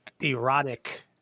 erotic